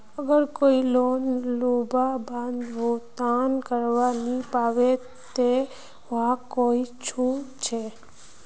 अगर कोई लोन लुबार बाद भुगतान करवा नी पाबे ते वहाक कोई छुट छे?